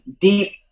deep